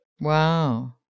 Wow